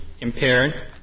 impaired